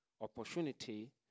Opportunity